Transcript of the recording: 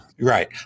Right